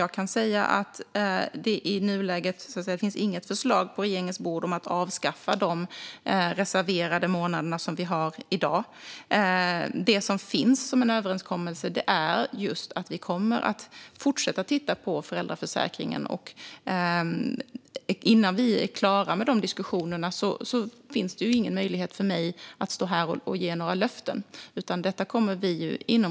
Jag kan säga att det i nuläget inte finns något förslag på regeringens bord om att avskaffa de reserverade månader som finns i dag. Överenskommelsen som finns är att regeringen kommer att fortsätta titta på föräldraförsäkringen, och innan vi är klara med de diskussionerna har jag inga möjligheter att stå här och ge några löften.